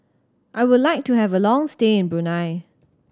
I would like to have a long stay in Brunei